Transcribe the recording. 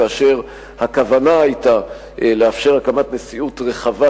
כאשר הכוונה היתה לאפשר הקמת נשיאות רחבה,